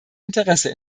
interesse